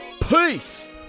Peace